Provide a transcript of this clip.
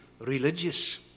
religious